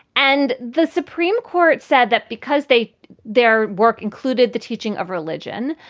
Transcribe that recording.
and the supreme court said that because they their work included the teaching of religion,